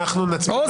אנחנו נצביע --- הו,